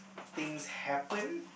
things happen